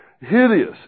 hideous